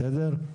בסדר?